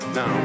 Now